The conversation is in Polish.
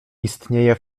istnieje